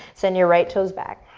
send your right toes back.